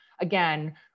Again